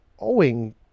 owing